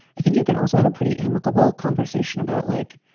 i think you can also have a pretty amicable conversation about like,